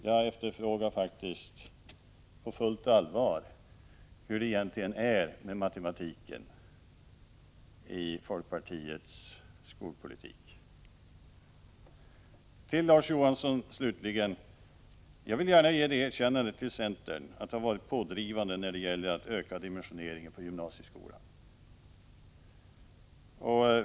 Jag frågar faktiskt på fullt allvar hur det egentligen är med matematiken i folkpartiets skolpolitik. Till Larz Johansson slutligen: Jag vill gärna ge det erkännandet till centern att man varit pådrivande när det gällt att öka dimensioneringen av gymnasieskolan.